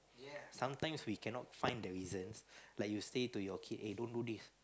sometimes we cannot find the reasons like you say to your kid eh don't do this